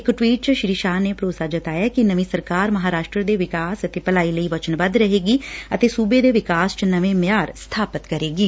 ਇਕ ਟਵੀਟ ਚ ਸ੍ਰੀ ਸ਼ਾਹ ਨੇ ਭਰੋਸਾ ਜਤਾਇਆ ਕਿ ਨਵੀਂ ਸਰਕਾਰ ਮਹਾਂਰਾਸ਼ਟਰ ਦੇ ਵਿਕਾਸ ਅਤੇ ਭਲਾਈ ਲਈ ਵਚਨਬੱਧ ਰਹੇਗੀ ਅਤੇ ਸੁਬੇ ਦੇ ਵਿਕਾਸ ਚ ਨਵੇ ਮਿਆਰ ਸਬਾਪਿਤ ਕਰੇਗੀ